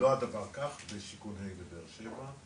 לא הדבר כך בשיכון ה' בבאר שבע,